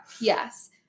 Yes